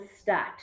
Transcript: start